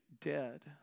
dead